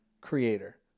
Creator